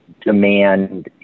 demand